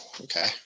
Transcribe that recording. okay